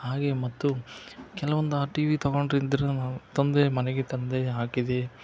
ಹಾಗೇ ಮತ್ತು ಕೆಲವೊಂದು ಆ ಟಿ ವಿ ತಗೊಂಡಿದ್ರನೂ ನಾವು ತಂದೆ ಮನೆಗೆ ತಂದೆ ಹಾಕಿದೆ